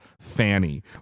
Fanny